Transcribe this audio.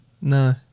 No